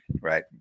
right